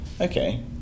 Okay